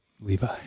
Levi